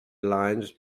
lines